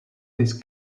this